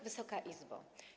Wysoka Izbo!